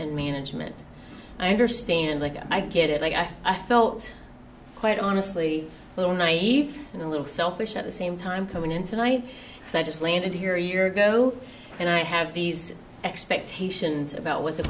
and management i understand like i get it i think i felt quite honestly a little naive and a little selfish at the same time coming in tonight so i just landed here a year ago and i have these expectations about what the